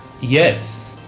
Yes